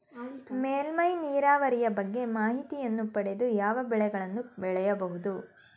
ಮೇಲ್ಮೈ ನೀರಾವರಿಯ ಬಗ್ಗೆ ಮಾಹಿತಿಯನ್ನು ಪಡೆದು ಯಾವ ಬೆಳೆಗಳನ್ನು ಬೆಳೆಯಬಹುದು?